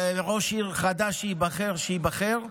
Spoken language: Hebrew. וראש עיר חדש שייבחר, שייבחר.